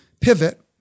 pivot